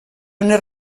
unes